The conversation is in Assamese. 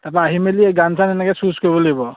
তাৰপৰা আহি মেলি এই গান চান এনেকৈ চ্য়ুজ কৰিব লাগিব